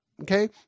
okay